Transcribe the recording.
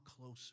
closer